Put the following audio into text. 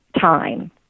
time